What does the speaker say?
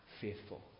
faithful